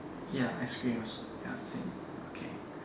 ya ice cream also ya same okay